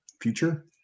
future